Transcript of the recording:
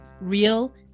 real